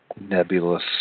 nebulous